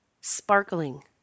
sparkling